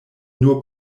nur